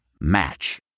Match